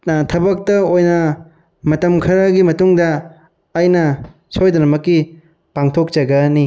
ꯊꯕꯛꯇ ꯑꯣꯏꯅ ꯃꯇꯝ ꯈꯔꯒꯤ ꯃꯇꯨꯡꯗ ꯑꯩꯅ ꯁꯣꯏꯗꯅꯃꯛꯀꯤ ꯄꯥꯡꯊꯣꯛꯆꯒꯅꯤ